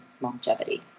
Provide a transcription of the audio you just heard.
longevity